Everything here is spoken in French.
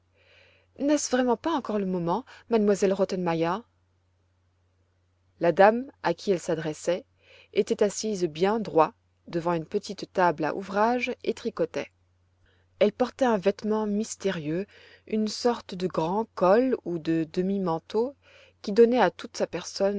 n'est-ce vraiment pas encore le moment m elle rottenmeier la dame à qui elle